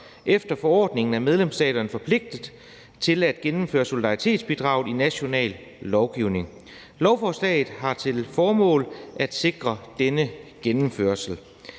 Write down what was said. Efter forordningen er medlemsstaterne forpligtet til at gennemføre solidaritetsbidraget i national lovgivning. Lovforslaget har til formål at sikre denne gennemførelse.